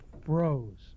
froze